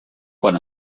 quan